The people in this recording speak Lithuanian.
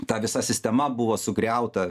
ta visa sistema buvo sugriauta